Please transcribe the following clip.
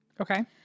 Okay